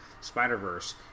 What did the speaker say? Spider-Verse